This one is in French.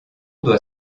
doit